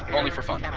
only for fun.